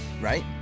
Right